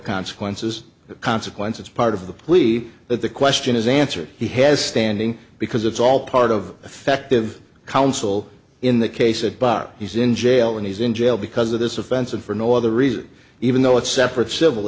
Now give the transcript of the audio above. consequences of consequences part of the police that the question is answered he has standing because it's all part of effective counsel in the case of bart he's in jail and he's in jail because of this offense and for no other reason even though it's separate civil